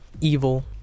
Evil